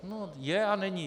No, je a není.